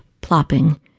plopping